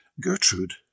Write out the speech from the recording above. Gertrude